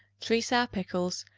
three sour pickles,